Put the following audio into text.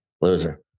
Loser